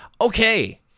Okay